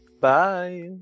Bye